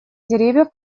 деревьев